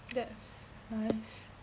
that's nice